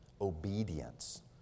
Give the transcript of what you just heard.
Obedience